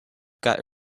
got